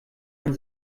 man